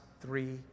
three